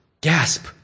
gasp